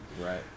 Right